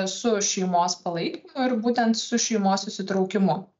su šeimos palaikymu ir būtent su šeimos įsitraukimu